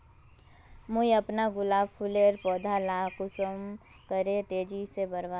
मुई अपना गुलाब फूलेर पौधा ला कुंसम करे तेजी से बढ़ाम?